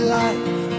life